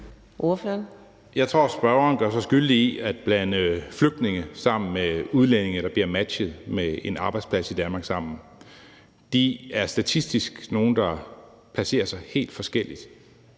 Jeg tror, spørgeren gør sig skyldig i at blande flygtninge sammen med udlændinge, der bliver matchet med en arbejdsplads i Danmark. De er statistisk nogle, der placerer sig helt forskelligt